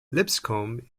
lipscomb